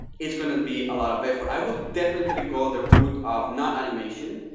it's going to be a lot of effort. i would definitely go the route of not animation.